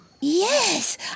Yes